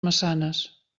maçanes